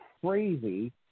crazy